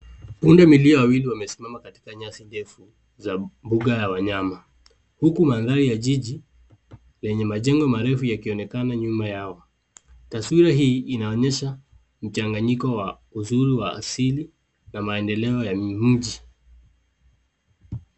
Pundamilia wawili wamesimama katika nyasi ndefu za mbuga ya wanyama huku mandhari ya jiji lenye majengo marefu yakionekana nyuma yao. Taswira hii inaonyesha mchanganyiko wa uzuri wa asili na maendeleo ya mji.